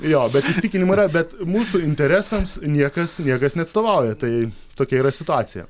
jo įsitikinimų yra bet mūsų interesams niekas niekas neatstovauja tai tokia yra situacija